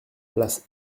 place